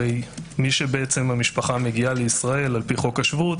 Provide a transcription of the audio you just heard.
הרי מי שהמשפחה מגיעה לישראל על פי חוק השבות,